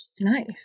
nice